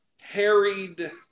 harried